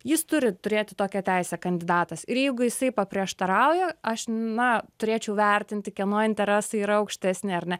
jis turi turėti tokią teisę kandidatas ir jeigu jisai paprieštarauja aš na turėčiau vertinti kieno interesai yra aukštesni ar ne